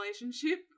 relationship